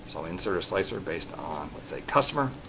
so i'll insert a slicer based on let's say customer,